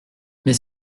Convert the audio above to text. mais